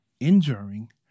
enduring